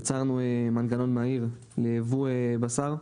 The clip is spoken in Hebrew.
יצרנו מנגנון מהיר ליבוא בשר,